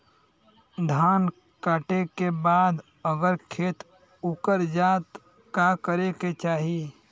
धान कांटेके बाद अगर खेत उकर जात का करे के चाही?